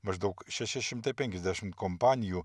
maždaug šeši šimtai penkiasdešimt kompanijų